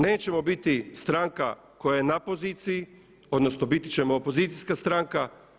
Nećemo biti stranka koja je na poziciji, odnosno biti ćemo opozicijska stranka.